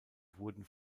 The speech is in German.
wurden